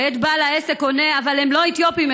ואת בעל העסק עונה: אבל הם לא אתיופים,